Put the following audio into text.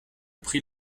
pris